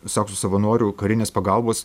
saksų savanorių karinės pagalbos